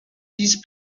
these